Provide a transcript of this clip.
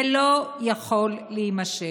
זה לא יכול להימשך.